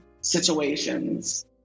situations